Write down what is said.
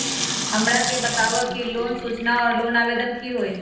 हमरा के बताव कि लोन सूचना और लोन आवेदन की होई?